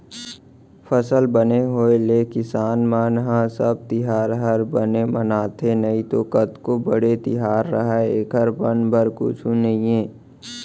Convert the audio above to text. फसल बने होय ले किसान मन ह सब तिहार हर बने मनाथे नइतो कतको बड़े तिहार रहय एकर मन बर कुछु नइये